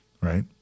right